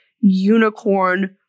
unicorn